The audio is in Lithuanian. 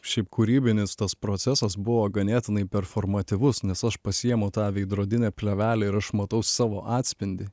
šiaip kūrybinis tas procesas buvo ganėtinai performatyvus nes aš pasiimu tą veidrodinę plėvelę ir aš matau savo atspindį